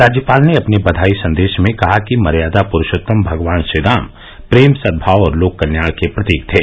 राज्यपाल ने अपने बधाई संदेश में कहा कि मर्यादा पुरूषोत्तम भगवान श्रीराम प्रेम सदभाव और लोक कल्याण के प्रतीक थे